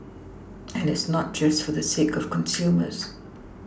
and it's not just for the sake of consumers